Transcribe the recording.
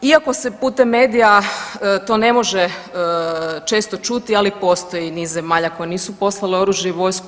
Iako se putem medija to ne može često čuti, ali postoji niz zemalja koje nisu poslale oružje i vojsku.